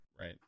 right